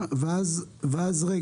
אז רגע.